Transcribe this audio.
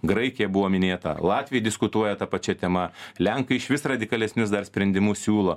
graikija buvo minėta latvija diskutuoja ta pačia tema lenkai išvis radikalesnius dar sprendimus siūlo